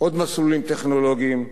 עוד מסלולים טכנולוגיים,